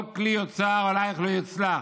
"כל כלי יוצר עליך לא יצלח".